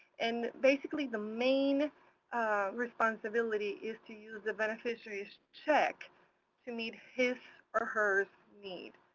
and basically the main responsibility is to use the beneficiary's check to meet his or her needs.